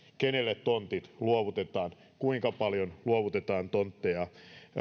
kenelle tontit luovutetaan kuinka paljon luovutetaan tontteja